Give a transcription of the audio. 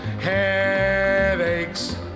headaches